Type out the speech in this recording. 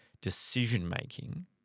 decision-making